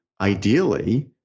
ideally